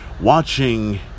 watching